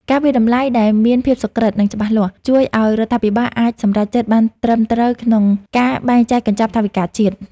ការវាយតម្លៃដែលមានភាពសុក្រឹត និងច្បាស់លាស់ ជួយឱ្យរដ្ឋាភិបាលអាចសម្រេចចិត្តបានត្រឹមត្រូវក្នុងការបែងចែកកញ្ចប់ថវិកាជាតិ។